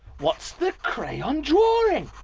what's the crayon drawing?